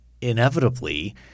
inevitably